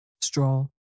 Straw